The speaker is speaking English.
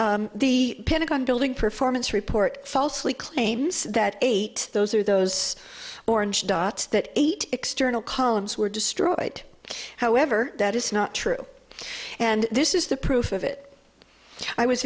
the pentagon building performance report falsely claims that eight those are those orange dots that eight external columns were destroyed however that is not true and this is the proof of it i was